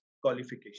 qualification